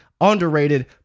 underrated